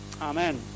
Amen